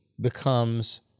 becomes